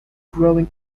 growing